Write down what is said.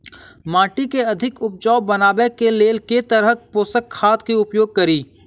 माटि केँ अधिक उपजाउ बनाबय केँ लेल केँ तरहक पोसक खाद केँ उपयोग करि?